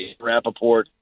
Rappaport